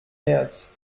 märz